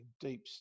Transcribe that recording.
deep